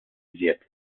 iżjed